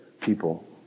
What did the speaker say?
people